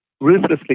ruthlessly